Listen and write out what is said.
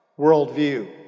worldview